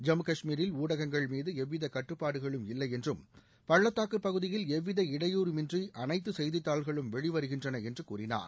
ஜம்மு கஷ்மீரில் ஊடகங்கள் மீது எவ்வித கட்டுப்பாடுகளும் இல்லை என்றும் பள்ளத்தாக்கு பகுதியில் எவ்வித இடையூறுமின்றி அனைத்து செய்தித்தாள்களும் வெளிவருகின்றன என்று கூறினார்